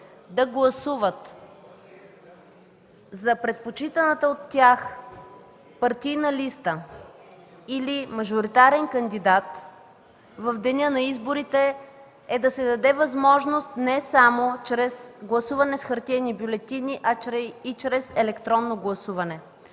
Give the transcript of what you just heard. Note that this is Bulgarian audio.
да гласуват за предпочитаната от тях партийна листа или мажоритарен кандидат в деня на изборите е да се даде възможност не само чрез гласуване с хартиени бюлетини, а и чрез електронно гласуване.